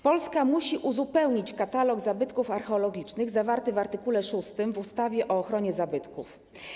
Polska musi uzupełnić katalog zabytków archeologicznych zawarty w art. 6 w ustawie o ochronie zabytków.